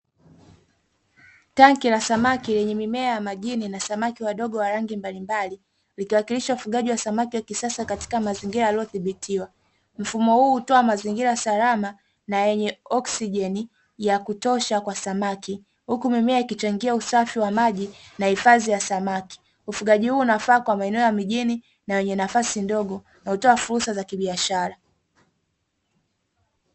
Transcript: Tenki la samaki lenye mimea ya majini na samaki wadogo wa rangi mbalimbali likiwakilisha ufugaji wa samaki wa kisasa katika mazingira yaliyodhibitiwa, mfumo huu hutoa mazingira salama na yenye oksijeni ya kutosha kwa samaki huku mimea ikichangia usafi wa maji na hifadhi ya samaki, ufugaji huu unafaa kwa maeneo ya mijini na wenye nafasi ndogo na hutoa fursa za biashara.